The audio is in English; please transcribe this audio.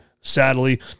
sadly